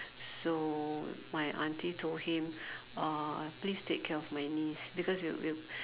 so my auntie told him uh please take care of my niece because you you